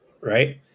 right